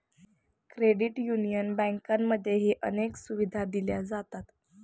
credit union बँकांमध्येही अनेक सुविधा दिल्या जातात